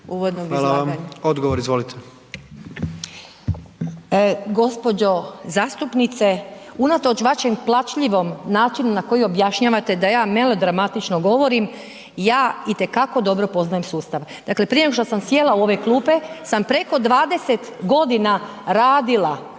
Hvala vam, odgovor izvolite.